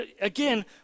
again